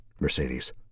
Mercedes